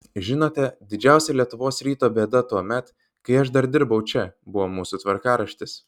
žinote didžiausia lietuvos ryto bėda tuomet kai aš dar dirbau čia buvo mūsų tvarkaraštis